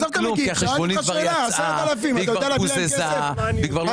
אתה יודע להביא כסף?